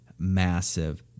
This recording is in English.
massive